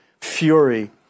fury